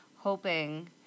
hoping